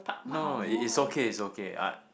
no no it is okay is okay I